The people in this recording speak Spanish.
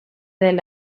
del